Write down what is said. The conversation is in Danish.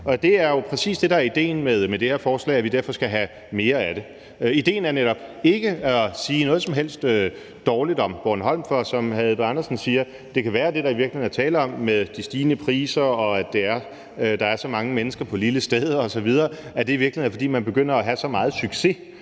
Det er jo præcis det, der er idéen med det her forslag, og derfor, vi skal have mere af det. Idéen er netop ikke at sige noget som helst dårligt om Folkemødet på Bornholm, for som hr. Kim Edberg Andersen siger, kan det være, at det, der i virkeligheden er tale om med de stigende priser, og at der er så mange mennesker på et lille sted osv., er, at man begynder at have så meget succes.